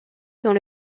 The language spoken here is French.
dont